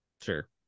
Sure